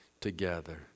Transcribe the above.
together